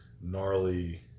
gnarly